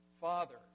father